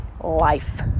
life